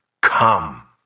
Come